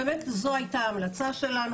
באמת זאת הייתה ההמלצה שלנו.